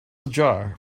ajar